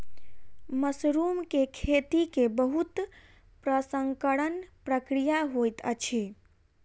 mushroom के खेती के बहुत प्रसंस्करण प्रक्रिया होइत अछि